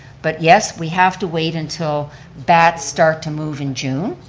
but yes, we have to wait until bats start to move in june,